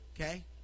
Okay